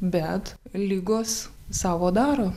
bet ligos savo daro